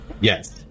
Yes